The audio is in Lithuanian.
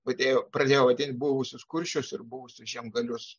padėjo pradėjo vadinti buvusius kuršius ir buvusius žiemgalius